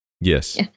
Yes